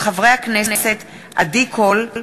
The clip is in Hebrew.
מאת חברת הכנסת עדי קול,